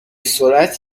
سرعت